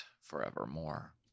forevermore